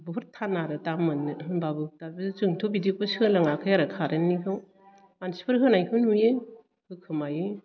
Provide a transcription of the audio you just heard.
बहुथ थान आरो दा मोन्नो होनबाबो दा बे जोंथ' बिदिखौ सोलोंयाखै आरो कारेननिखौ मानसिफोर होनायखौ नुयो होखुमायो